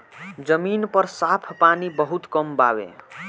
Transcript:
जमीन पर साफ पानी बहुत कम बावे